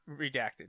redacted